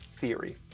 theory